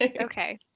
Okay